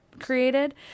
created